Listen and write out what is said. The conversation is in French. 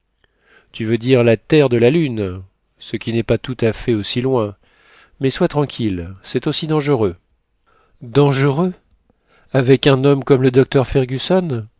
tu veux dire la terre de la lune ce qui n'est pas tout à fait aussi loin mais sois tranquille c'est aussi dangereux dangereux avec un homme comme le docteur fergusson